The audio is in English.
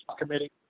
committee